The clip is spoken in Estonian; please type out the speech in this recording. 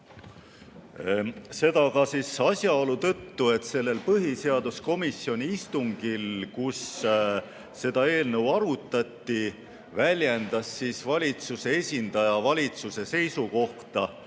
Seda ka siis asjaolu tõttu, et sellel põhiseaduskomisjoni istungil, kus seda eelnõu arutati, väljendas valitsuse esindaja valitsuse seisukohta,